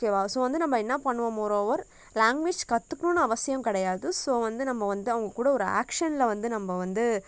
ஓகேவா ஸோ வந்து நம்ம என்ன பண்ணுவோம் மோர்ஓவர் லேங்குவேஜ் கற்றுக்குணுன்னு அவசியம் கிடையாது ஸோ வந்து நம்ம வந்து அவங்க கூட ஒரு ஆக்ஷனில் வந்து நம்ம வந்து